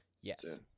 Yes